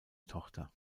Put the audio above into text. tochter